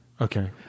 Okay